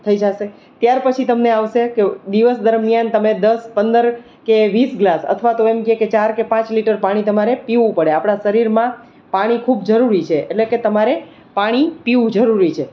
થઈ જશે ત્યાર પછી તમને આવશે શું દિવસ દરમિયાન તમે દસ પંદર કે વીસ ગ્લાસ અથવા તો એમ કહીએ કે ચાર કે પાંચ લિટર પાણી તમારે પીવું પડે આપડા શરીરમાં પાણી ખૂબ જરૂરી છે એટલે કે તમારે પાણી પીવું જરૂરી છે